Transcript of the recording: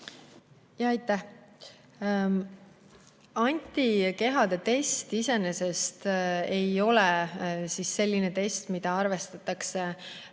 Aitäh! Antikehade test iseenesest ei ole selline test, mida arvestatakse